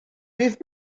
beth